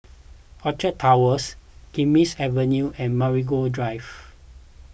Orchard Towers Kismis Avenue and Marigold Drive